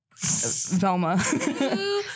Velma